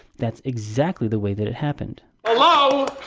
that's exactly the way that it happened. hello?